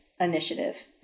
initiative